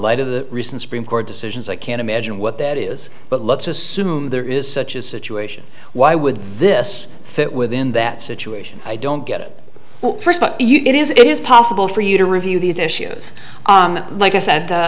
light of the recent supreme court decisions i can't imagine what that is but let's assume there is such a situation why would this fit within that situation i don't get it first but you it is it is possible for you to review these issues like i said